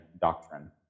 doctrine